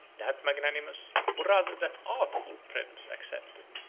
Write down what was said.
that magnanimous, or rather that artful, prince accepted,